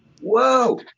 whoa